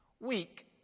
Weak